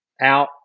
out